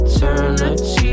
Eternity